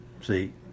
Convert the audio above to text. see